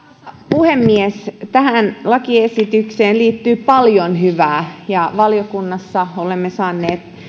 puhemies tähän lakiesitykseen liittyy paljon hyvää ja valiokunnassa olemme saaneet